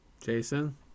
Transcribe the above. Jason